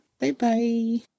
Bye-bye